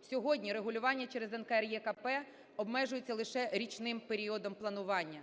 Сьогодні регулювання через НКРЕКП обмежується лише річним періодом планування.